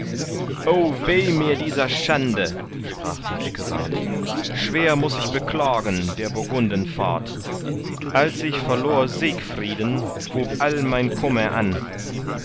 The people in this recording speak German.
weh mir dieser schande sprach da eckewart schwer muß ich beklagen der burgunden fahrt als ich verlor siegfrieden hub all mein kummer an